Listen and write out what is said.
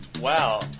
wow